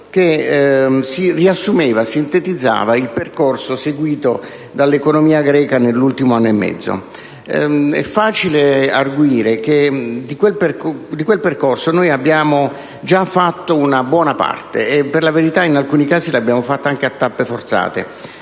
il 22 agosto, che sintetizzava il percorso seguito dall'economia greca nell'ultimo anno e mezzo. È facile arguire che di quel percorso ne abbiamo già fatto una buona parte. Per la verità, in alcuni casi l'abbiamo fatto anche a tappe forzate.